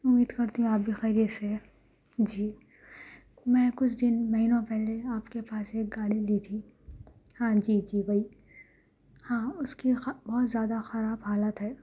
امید کرتی ہوں آپ بھی خیریت سے ہیں جی میں کچھ دن مہنیوں پہلے آپ کے پاس ایک گاڑی لی تھی ہاں جی جی وہی ہاں اس کی بہت زیادہ خراب حالت ہے